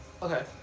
okay